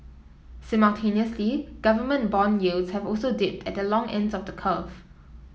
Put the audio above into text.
simultaneously government bond yields have also dipped at the long ends of the curve